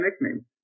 nickname